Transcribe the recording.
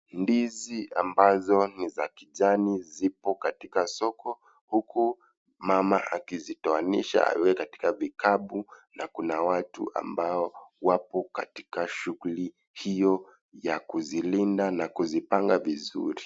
Ndizi ambazo ni za kijani zipo katika soko huku mama akizitoanisha aweke katika vikapu na kuna watu ambao wapo katika shughuli hio ya kuzilinda na kuzipanga vizuri.